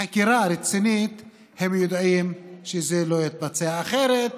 חקירה רצינית הם יודעים שלא תתבצע, אחרת